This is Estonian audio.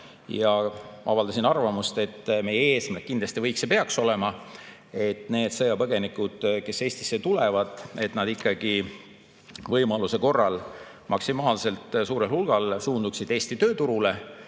Avaldasin arvamust, et meie eesmärk kindlasti võiks olla ja peaks olema see, et need sõjapõgenikud, kes Eestisse tulevad, ikkagi võimaluse korral maksimaalselt suurel hulgal suunduksid Eesti tööturule,